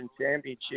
championship